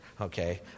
Okay